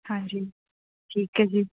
ਹਾਂਜੀ ਠੀਕ ਹੈ ਜੀ